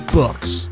books